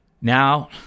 Now